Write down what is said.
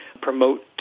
promote